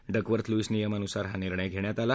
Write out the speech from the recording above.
Duckworth Lewis नियमानुसार हा निर्णय घरखात आला